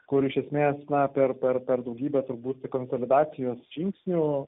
kur iš esmės na per per per daugybę turbūt konsolidacijos žingsnių